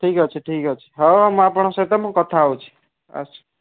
ଠିକ୍ ଅଛି ଠିକ୍ ଅଛି ହଉ ହଉ ମୁଁ ଆପଣଙ୍କ ସହିତ କଥା ହେଉଛି